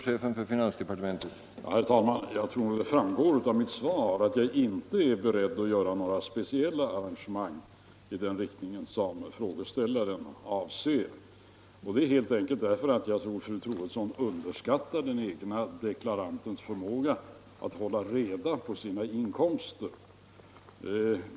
Herr talman! Det torde framgå av mitt svar att jag inte är beredd att göra några speciella arrangemang i den riktning som frågeställaren avser helt enkelt därför att jag tror att fru Troedsson underskattar deklaranternas förmåga att hålla reda på sina inkomster.